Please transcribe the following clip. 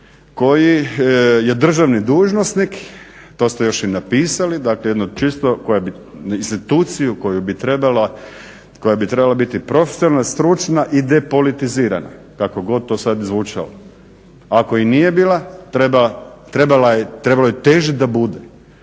koji je državni dužnosnik, to ste još i napisali, dakle jedno čisto instituciju koja bi trebala biti profesionalna, stručna i depolitizirana kako god to sada zvučalo. Ako i nije bila trebalo je težiti da bude,